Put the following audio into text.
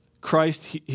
Christ